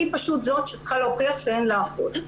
היא פשוט זו שצריכה להוכיח שאין לה אחות.